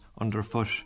underfoot